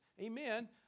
amen